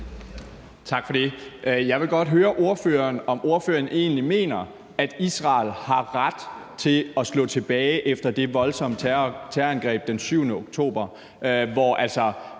Tak for det. Jeg vil godt høre ordføreren, om ordføreren egentlig mener, at Israel har ret til at slå tilbage efter det voldsomme terrorangreb den 7. oktober, hvor